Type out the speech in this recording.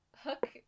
hook